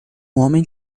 homem